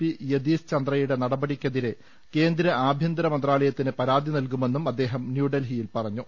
P Yathish ചന്ദ്രയുടെ നടപടിക്കെതിരെ കേന്ദ്രആഭ്യ ന്തര മന്ത്രാലയത്തിന് പരാതി നൽകുമെന്നും അദ്ദേഹം ന്യൂഡൽഹി യിൽ പറഞ്ഞു